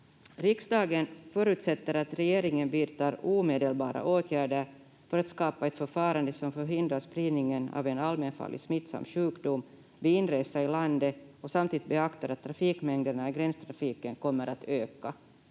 ”Riksdagen förutsätter att regeringen vidtar omedelbara åtgärder för att skapa ett förfarande som förhindrar spridningen av en allmänfarlig smittsam sjukdom vid inresa i landet och samtidigt beaktar att trafikmängderna i gränstrafiken kommer att öka.